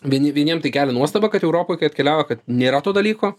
vieni vieniem tai kelia nuostabą kad europoj kai atkeliavo kad nėra to dalyko